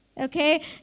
okay